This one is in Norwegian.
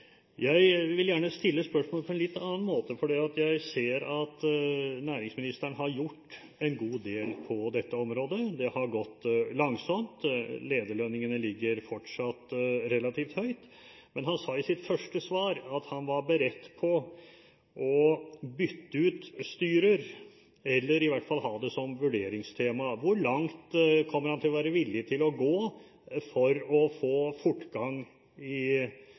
Jeg vil gjerne stille spørsmålet på en litt annen måte, for jeg ser at næringsministeren har gjort en god del på dette området. Det har gått langsomt, lederlønningene ligger fortsatt relativt høyt. Men han sa i sitt første svar at han var beredt på å bytte ut styrer, eller i hvert fall ha det som vurderingstema. Hvor langt kommer han til å være villig til å gå for å få fortgang i